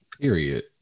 Period